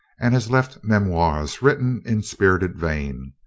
and has left memoirs written in spirited vein.